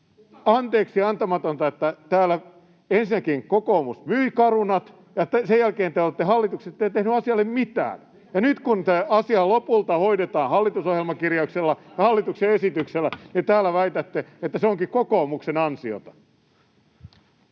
anteeksiantamatonta, että täällä ensinnäkin kokoomus myi Carunat, sen jälkeen te olitte hallituksessa, te ette tehneet asialle mitään, ja nyt kun tämä asia lopulta hoidetaan hallitusohjelmakirjauksella, hallituksen esityksellä, niin täällä väitätte, että se onkin kokoomuksen ansiota.